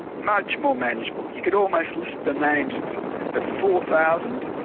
much more manageable. you could almost list the names of them. but four thousand?